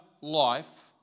life